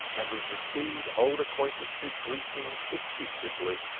and would receive old acquaintances' greeting effusively,